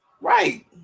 Right